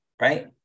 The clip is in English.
right